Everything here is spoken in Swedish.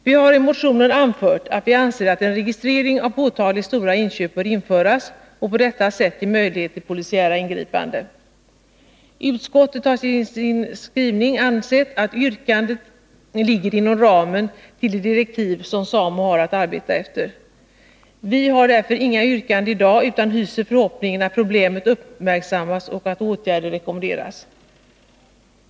Vi har i motionen anfört att vi anser att en registrering av påtagligt stora inköp bör införas och på detta sätt ge möjlighet till polisiära ingrepp. I sin skrivning säger utskottet att yrkandet ligger inom ramen för de direktiv SAMO har att arbeta efter. Vi har inga yrkanden i dag, utan hyser förhoppningen om att problemet uppmärksammas och åtgärder rekommenderas.